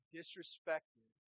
disrespected